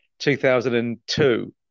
2002